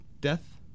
death